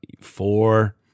Four